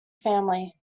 family